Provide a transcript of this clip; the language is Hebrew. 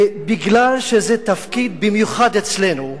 ומשום שזה תפקיד, במיוחד אצלנו,